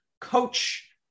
Coach